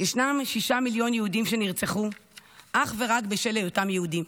ישנם שישה מיליון יהודים שנרצחו אך ורק בשל היותם יהודים,